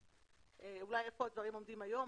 איפה הדברים עומדים היום?